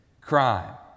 crime